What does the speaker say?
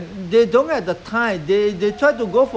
run around do their own thing